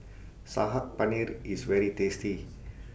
Saag Paneer IS very tasty